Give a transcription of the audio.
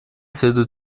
следует